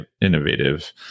innovative